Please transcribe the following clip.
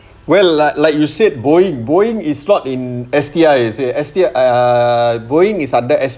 well like like you say boeing boeing is slot in S_T_I you see S_T err boeing is under S_